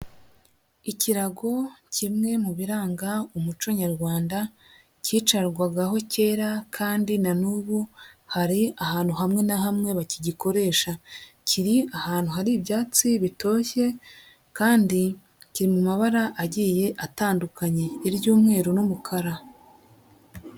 Ikirago kimwe mu biranga umuco nyarwanda cyicarwagaho kera kandi na n'ubu hari ahantu hamwe na hamwe bakigikoresha, kiri ahantu hari ibyatsi bitoshye kandi kiri mu mabara agiye atandukanye, iry'umweru n'umukara.